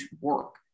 work